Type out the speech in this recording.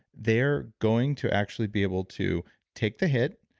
they're going to actually be able to take the hit.